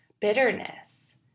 bitterness